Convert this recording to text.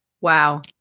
Wow